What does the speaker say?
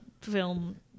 film